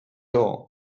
all